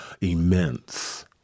immense